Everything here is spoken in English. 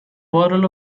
bottle